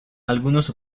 algunos